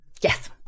Yes